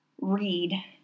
read